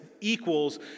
equals